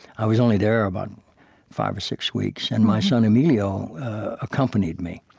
i was only there about five or six weeks. and my son emilio accompanied me.